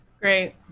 Great